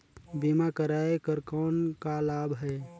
बीमा कराय कर कौन का लाभ है?